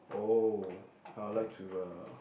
oh I would like to uh